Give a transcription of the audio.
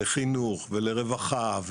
לחינוך ולרווחה,